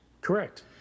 correct